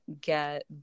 get